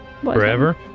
Forever